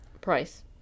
Price